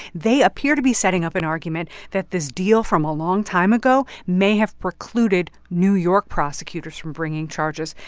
they appear to be setting up an argument that this deal from a long time ago may have precluded new york prosecutors from bringing charges.